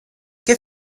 che